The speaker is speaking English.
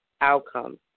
outcome